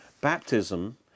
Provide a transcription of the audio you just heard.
baptism